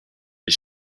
his